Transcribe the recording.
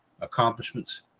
accomplishments